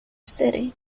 city